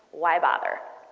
why bother?